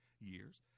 years